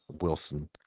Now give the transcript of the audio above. Wilson